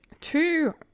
two